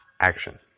action